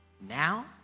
Now